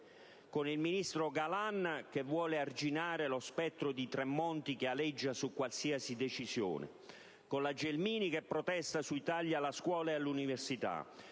voi Ministri: Galan vuole arginare lo spettro di Tremonti che aleggia già su qualsiasi decisione; la Gelmini protesta sui tagli alla scuola e all'università;